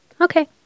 Okay